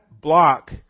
block